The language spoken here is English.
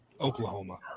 Oklahoma